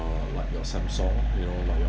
uh like your samsung you know like your